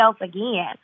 again